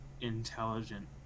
intelligent